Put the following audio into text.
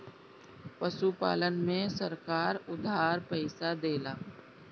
पशुपालन में सरकार उधार पइसा देला?